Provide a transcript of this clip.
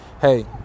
Hey